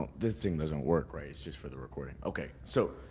this thing doesn't work right, it's just for the recording, okay. so,